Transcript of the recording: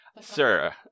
sir